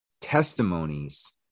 testimonies